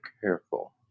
careful